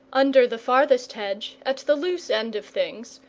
under the farthest hedge, at the loose end of things,